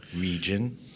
region